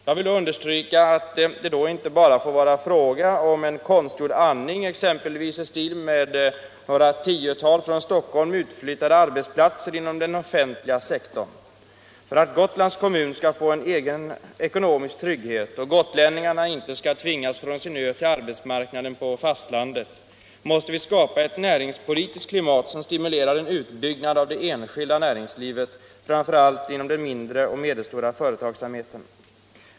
Jag vill understryka att det då inte bara får vara fråga om en konstgjord 157 andning i stil med några tiotal från Stockholm utflyttade arbetsplatser inom den offentliga sektorn. För att Gotlands kommun skall få en egen ekonomisk trygghet och gotlänningarna inte skall tvingas från sin ö till arbetsmarknaden på fastlandet måste vi skapa ett näringspolitiskt klimat som stimulerar en utbyggnad av det enskilda näringslivet, framför allt den mindre och medelstora företagsamheten.